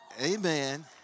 Amen